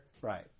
Right